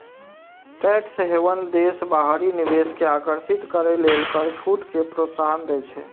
tax haven देश बाहरी निवेश कें आकर्षित करै लेल कर छूट कें प्रोत्साहन दै छै